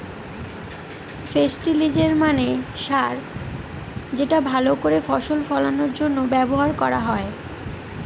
ফেস্টিলিজের মানে সার যেটা ভাল করে ফসল ফলানোর জন্য ব্যবহার করা হয়